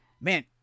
man